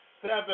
seven